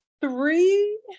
Three